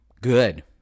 good